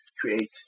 create